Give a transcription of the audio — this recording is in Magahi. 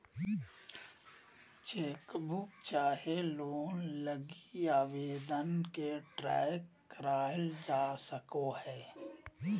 चेकबुक चाहे लोन लगी आवेदन के ट्रैक क़इल जा सको हइ